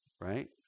right